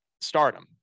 stardom